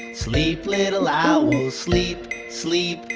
sleep little owls. sleep, sleep,